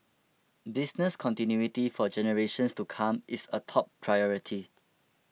business continuity for generations to come is a top priority